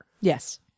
Yes